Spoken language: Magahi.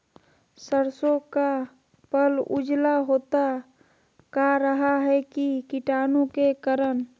सरसो का पल उजला होता का रहा है की कीटाणु के करण?